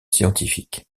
scientifiques